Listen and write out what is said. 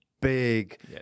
big